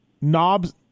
Knobs